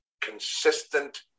consistent